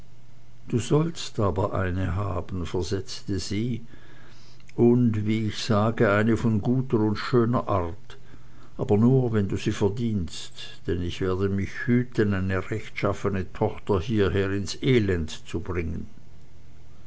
du sollst aber eine haben versetzte sie und wie ich sage eine von guter und schöner art aber nur wenn du sie verdienst denn ich werde mich hüten eine rechtschaffene tochter hierher ins elend zu bringen